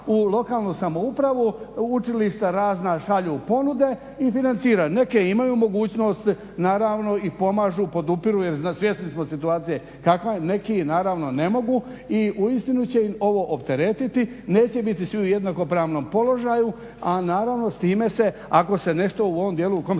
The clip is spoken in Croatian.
u lokalnu samoupravu, u učilišta razna šalju ponude i financira. Neke imaju mogućnost naravno i pomažu, podupiru jer svjesni smo situacije kakva je. Neki naravno ne mogu. I uistinu će im ovo opteretiti, neće biti svi u jednakopravnom položaju a naravno s time se ako se nešto u ovom dijelu o kojem